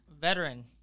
Veteran